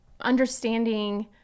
understanding